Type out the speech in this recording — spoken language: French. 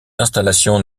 installations